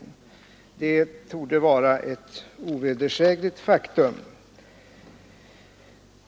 Det torde vara ett ovedersägligt faktum.